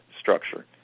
structure